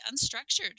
unstructured